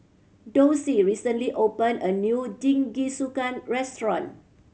Dorsey recently opened a new Jingisukan restaurant